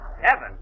Heaven